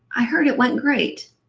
i heard it went great.